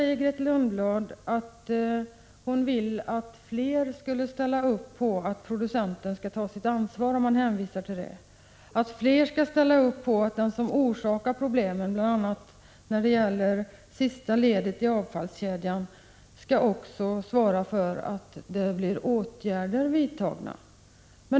Grethe Lundblad säger att hon vill att fler skall ställa upp på att producenten skall ta sitt ansvar och att fler skall ställa upp på att den som orsakat problemen, bl.a. när det gäller det sista ledet i avfallskedjan, också skall svara för att åtgärder blir vidtagna.